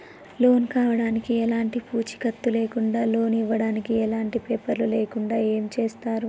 Loan కావడానికి ఎలాంటి పూచీకత్తు లేకుండా లోన్ ఇవ్వడానికి ఎలాంటి పేపర్లు లేకుండా ఏం చేస్తారు?